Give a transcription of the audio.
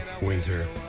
winter